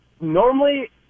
normally